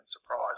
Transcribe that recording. surprise